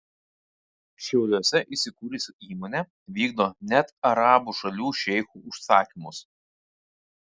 šiauliuose įsikūrusi įmonė vykdo net arabų šalių šeichų užsakymus